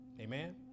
amen